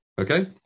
Okay